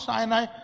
Sinai